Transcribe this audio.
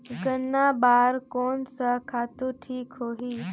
गन्ना बार कोन सा खातु ठीक होही?